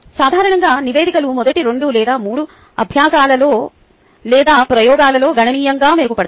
సాధారణంగా నివేదికలు మొదటి 2 లేదా 3 అభ్యాసాలలో లేదా ప్రయోగాలలో గణనీయంగా మెరుగుపడతాయి